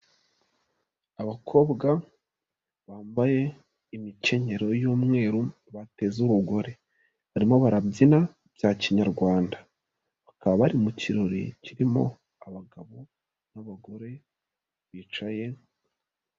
Abakobwa bambaye imikenyero y'umweru, bateze urugore .Barimo barabyina bya kinyarwanda, bakaba bari mu kirori kirimo abagabo n'abagore bicaye...